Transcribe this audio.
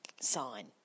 sign